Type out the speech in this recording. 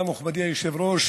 תודה, מכובדי היושב-ראש.